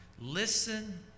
Listen